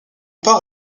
part